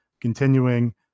continuing